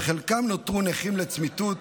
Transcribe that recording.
שחלקם נותרו נכים לצמיתות,